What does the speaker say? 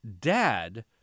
dad